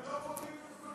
אבל אתם לא בודקים את הבקשות.